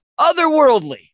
otherworldly